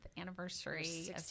anniversary